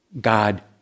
God